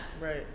Right